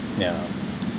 yeah